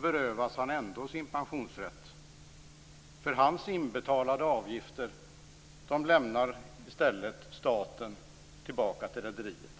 berövas han ändå sin pensionsrätt. Hans inbetalade avgifter lämnar staten i stället tillbaka till rederiet.